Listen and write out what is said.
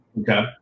Okay